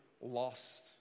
lost